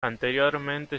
anteriormente